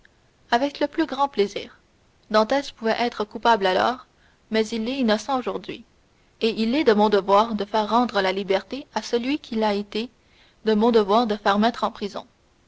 avec le plus grand plaisir dantès pouvait être coupable alors mais il est innocent aujourd'hui et il est de mon devoir de faire rendre la liberté à celui qu'il a été de mon devoir de faire mettre en prison